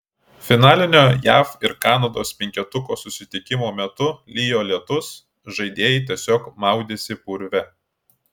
finalinio jav ir kanados penketukų susitikimo metu lijo lietus žaidėjai tiesiog maudėsi purve